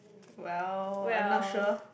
well I'm not sure